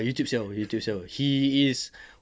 youtube siao he is